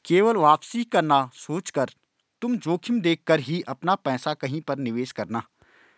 केवल वापसी का ना सोचकर तुम जोखिम देख कर ही अपना पैसा कहीं पर निवेश करना